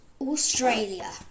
Australia